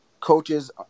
coaches